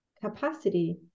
capacity